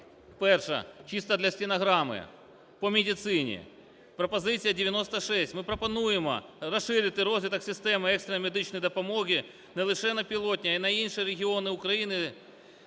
Перша, чисто для стенограми, по медицині. Пропозиція 96. Ми пропонуємо розширити розвиток системи екстреної медичної допомоги не лише на пілотні, а й на інші регіони України.